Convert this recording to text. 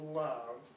love